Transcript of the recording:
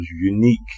unique